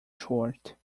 short